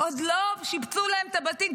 עוד לא שיפצו להם את הבתים,